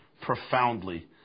profoundly